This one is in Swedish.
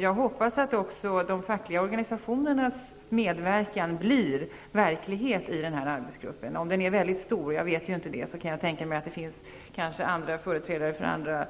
Jag hoppas att också de fackliga organisationernas medverkan i den här arbetsgruppen blir verklighet. Om arbetsgruppen är väldigt stor -- jag vet ju inte det -- kan jag tänka mig att det finns företrädare för andra